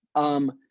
um,